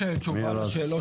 יש תשובה לשאלות